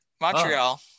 Montreal